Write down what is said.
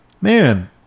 man